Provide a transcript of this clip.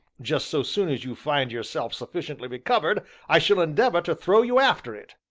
just so soon as you find yourself sufficiently recovered, i shall endeavor to throw you after it.